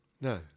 No